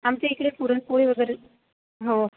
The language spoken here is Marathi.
आमच्या इकडे पुरणपोळी वगैरे हो